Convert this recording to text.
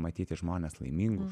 matyti žmones laimingus